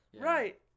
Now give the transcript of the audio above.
Right